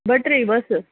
ॿ टे बसि